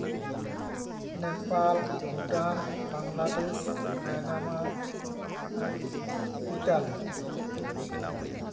Nepal Bhutan Bangladesh Myanmar ᱟᱨ Italy